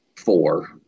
Four